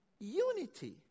unity